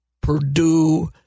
Purdue